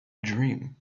dream